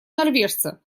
норвежца